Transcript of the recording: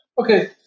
Okay